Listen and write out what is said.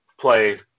play